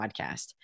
podcast